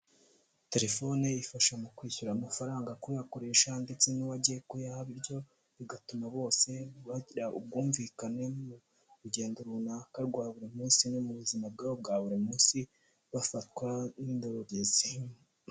Telefone ifasha mu kwishyura amafaranga, kuyakoresha ndetse n’uyakiriye, bityo bigatuma bose bagira ubwumvikane mu rugendo runaka rwa buri munsi. Mu buzima bwabo bwa buri munsi, telefone ifasha kandi mu guhangana n’imbogamizi bahura nazo.